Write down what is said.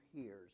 hears